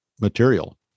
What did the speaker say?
material